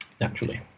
naturally